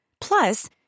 Plus